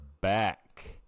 back